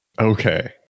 Okay